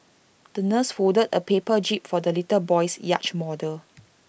the nurse folded A paper jib for the little boy's yacht model